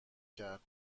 کرد